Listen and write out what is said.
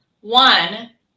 one